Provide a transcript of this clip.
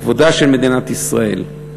לכבודה של מדינת ישראל.